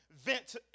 vent